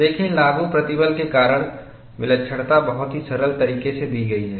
देखें लागू प्रतिबल के कारण विलक्षणता बहुत ही सरल तरीके से दी गई है